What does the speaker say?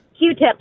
Q-tips